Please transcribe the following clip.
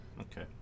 Okay